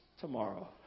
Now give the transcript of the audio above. Tomorrow